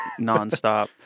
nonstop